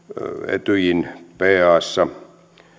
etyjin passa